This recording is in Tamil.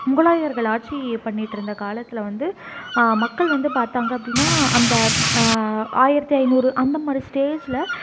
முகலாயர்கள் ஆட்சி பண்ணிகிட்டிருந்த காலத்தில் வந்து மக்கள் வந்து பார்த்தாங்க அப்படின்னா அந்த ஆயிரத்தி ஐநூறு அந்தமாதிரி ஸ்டேஜ்ல